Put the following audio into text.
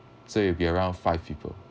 so it'll be around five people